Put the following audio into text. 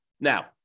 Now